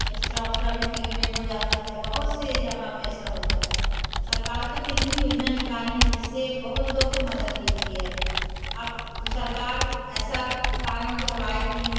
x-ray ओक्सरा भी free में हो जाता है बहुत से जग़ग पर ऐसा होता है सरकार तो कितनी योजना निकाली हैं जिससे बहुत लोग को मदद मिलती है अप सरकार ऐसा फारम भरवाई थीं